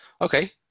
Okay